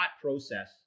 process